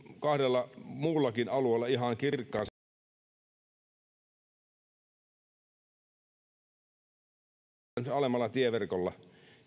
kahdella muullakin alueella ihan kirkkaan selkeänä arvoisa puhemies sallii kaksi rinnastusta toinen on se että kun tieurakoita kilpailutetaan esimerkiksi alemmalla tieverkolla